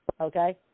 okay